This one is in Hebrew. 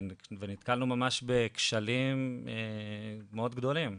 ונתקלנו ממש בכשלים מאד גדולים.